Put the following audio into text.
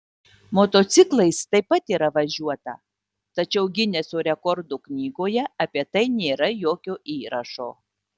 motociklais taip pat yra važiuota tačiau gineso rekordų knygoje apie tai nėra jokio įrašo